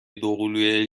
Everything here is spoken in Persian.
دوقلوی